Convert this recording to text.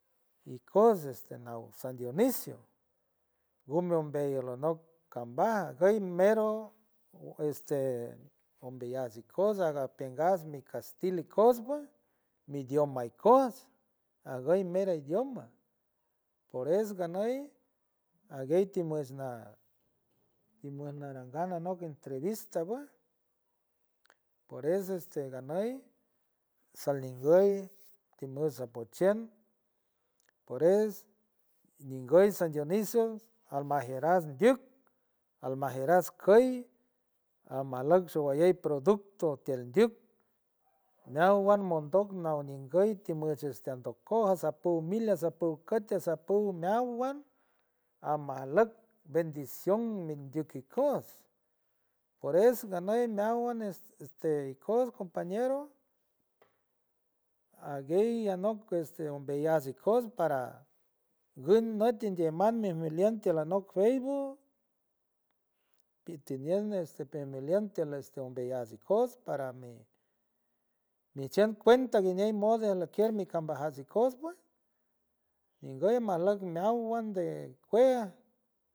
Ikoots este nauw san dionisio gume ombello la nuck vambaj aguy mero u este umbeyuts ikoots agam piengas mi casrilikoots pue mi idioma ikoots aguy mero idioma por eso ganuy aguey timush, na timush naranga anock entrevista pue por eso este ganuy salinguy timos sapuchiemp por es nguy san dionisio almajeras ndyuck meowan monton naow nguy timush este andoj cot saj put mi la sapuy kut, sapuy kut, sapuy meowan aj maj lock bendición ndyuk ikoots por eso ganuy meowan este ikoots compañero aguey anop este umbeyuts ikoots para nguy nuty tindie mat miembelo fiel umial facebook titiblemb este pelme liung tiel este umbeyuts ikoots para mi mi chan cuenta guiñey moder laquier mi cambaj ikoots pue nguy majluk meowan de cueya.